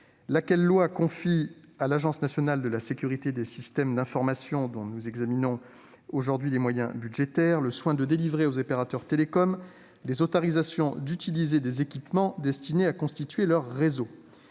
Cette loi confie à l'Agence nationale de la sécurité des systèmes d'information, dont nous examinons aujourd'hui les moyens budgétaires, le soin de délivrer aux opérateurs de télécoms les autorisations d'utiliser des équipements destinés à constituer leurs réseaux.